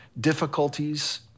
difficulties